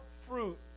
fruit